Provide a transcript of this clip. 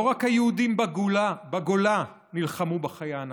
לא רק היהודים בגולה נלחמו בחיה הנאצית,